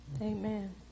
Amen